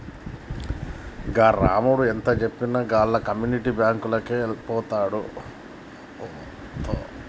గా రామడు ఎంతజెప్పినా ఆళ్ల కమ్యునిటీ బాంకులకే వోతడు